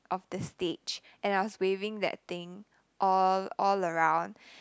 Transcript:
of the stage and I was waving that thing all all around